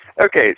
okay